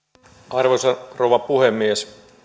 arvoisa rouva puhemies